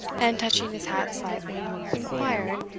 and touching his hat slightly, inquired,